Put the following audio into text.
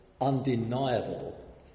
undeniable